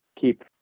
keep